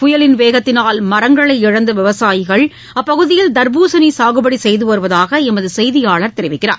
புயலின் வேகத்தினால் மரங்களை இழந்த விவசாயிகள் அப்பகுதியில் தர்பூசணி சாகுபடி செய்து வருவதாக எமது செய்தியாளர் தெரிவிக்கிறார்